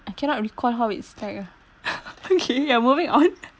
I cannot recall how it's like ah okay ya moving on